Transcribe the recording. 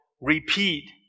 repeat